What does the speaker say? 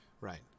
right